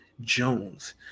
Jones